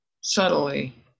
subtly